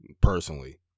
personally